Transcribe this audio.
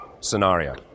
scenario